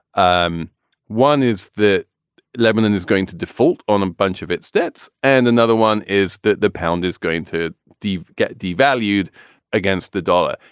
um one is that lebanon is going to default on a bunch of its debts. and another one is that the pound is going to get devalued against the dollar.